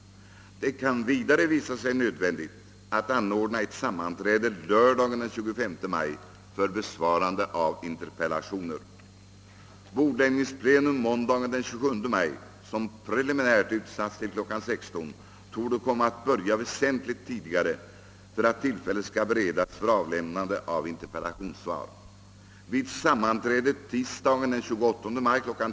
Det kan vidare visa sig nödvändigt att anordna ett sammanträde lördagen den 25 maj för besvarande av interpellationer. Bordläggningsplenum måndagen den 27 maj, som preliminärt utsatts till kl. 16.00, torde komma att börja väsentligt tidigare för att tillfälle skall beredas för avlämnande av interpellationssvar. Vid sammanträdet tisdagen den 28 maj kl.